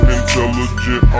Intelligent